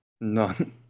None